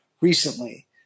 recently